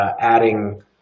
adding